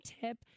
tip